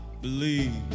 believe